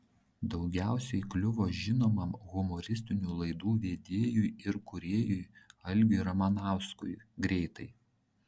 daugiausiai kliuvo žinomam humoristinių laidų vedėjui ir kūrėjui algiui ramanauskui greitai